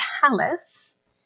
palace